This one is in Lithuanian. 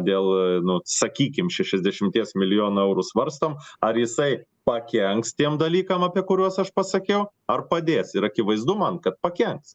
dėl nu sakykim šešiasdešimties milijonų eurų svarstom ar jisai pakenks tiem dalykam apie kuriuos aš pasakiau ar padės ir akivaizdu man kad pakenks